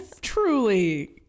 truly